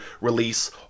release